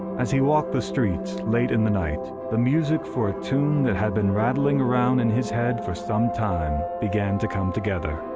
as he walked the streets late in the night, the music for a tune that had been rattling around in his head for some time, began to come together.